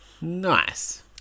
Nice